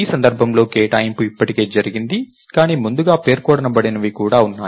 ఈ సందర్భంలో కేటాయింపు ఇప్పటికే జరిగింది కానీ ముందుగా పేర్కొనబడనివి కూడా కొన్ని ఉన్నాయి